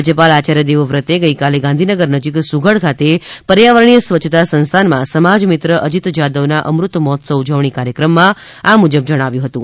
રાજ્યપાલ આચાર્ય દેવવ્રતજીએ ગઈકાલે ગાંધીનગર નજીક સુઘડ ખાતે પર્યાવરણીય સ્વચ્છતા સંસ્થાનમાં સમાજમિત્ર અજીત જાદવના અમૃત મહોત્સવ ઉજવણી કાર્યક્રમમાં આ મુજબ જણાવ્યું હતું